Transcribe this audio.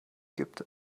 gibt